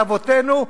לאבותינו,